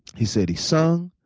he said he sung.